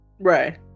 Right